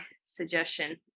suggestion